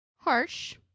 harsh